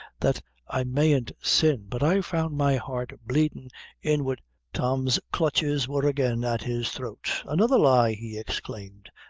that i mayn't sin, but i found my heart bleedin' inwar tom's clutches were again at his throat. another lie, he exclaimed,